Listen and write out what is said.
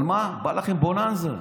אבל מה, בא לכם בוננזה.